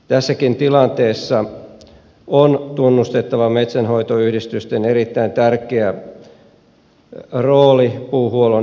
tässäkin tilanteessa on tunnustettava metsänhoitoyhdistysten erittäin tärkeä rooli puuhuollon jatkuvuuden takaajina